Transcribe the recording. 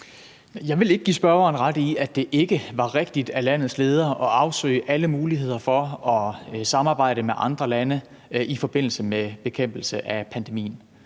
Jeg vil ikke give spørgeren ret i, at det ikke var rigtigt af landets leder at afsøge alle muligheder for at samarbejde med andre lande i forbindelse med bekæmpelse af pandemien.